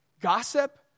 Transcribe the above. gossip